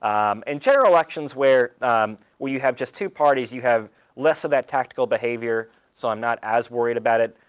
um in general elections, where where you have just two parties, you have less of that tactical behavior. so i'm not as worried about it,